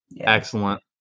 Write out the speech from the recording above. excellent